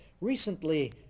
Recently